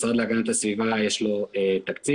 משרד להגנת הסביבה, יש לו תקציב.